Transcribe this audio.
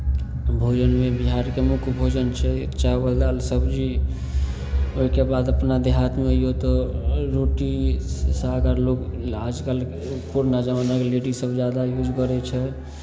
भोजनमे बिहारके मुख्य भोजन छै चावल दालि सब्जी ओहिके बाद अपना देहातमे अइयौ तऽ रोटी साग आओर लोक आजकल पुरना जमानाके लेडीजसभ ज्यादा यूज करै छै